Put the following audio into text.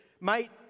mate